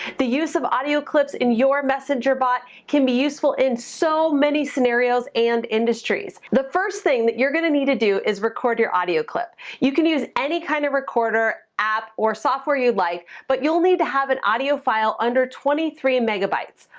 the use of audio clips in your messenger bot, can be useful in so many scenarios and industries. the first thing that you're gonna need to do, is record your audio clip. you can use any kind of recorder app or software you'd like, but you'll need to have an audio file under twenty three and megabytes.